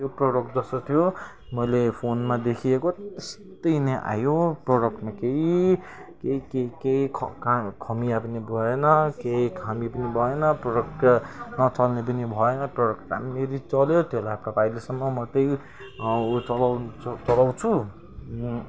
त्यो प्रोडक्ट जस्तो थियो मैले फोनमा देखिएको त्यस्तै नै आयो प्रोडक्टमा केही केही केही केही ख खा खमिया पनि भएन केही खामी पनि भएन प्रोडक्ट नचल्ने पनि भएन प्रोडक्ट राम्ररी चल्यो त्यो ल्यापटप अहिलेसम्म म त्यही चलाउ चलाउँछु